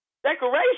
Decoration